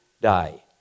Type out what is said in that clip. die